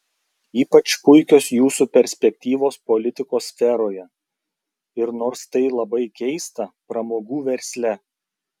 ypač puikios jūsų perspektyvos politikos sferoje ir nors tai labai keista pramogų versle